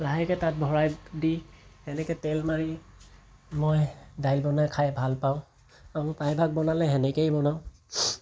লাহেকৈ তাত ভৰাই দি এনেকৈ তেল মাৰি মই দাইল বনাই খাই ভাল পাওঁ আৰু প্ৰায়ভাগ বনালে সেনেকৈয়ে বনাওঁ